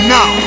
Now